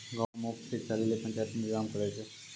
गांवो मे मुफ्त शिक्षा लेली पंचायत इंतजाम करै छै